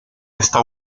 esta